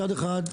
מצד אחד,